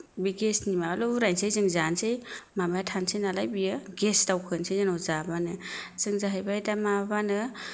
बे गेसनि माबाल' उरायसै जों जानोसै माबाया थानोसै नालाय बियो गेस दावखोनोसै जेनबा जाबानो जों जाहैबाय दा माबाबानो